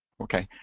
okay.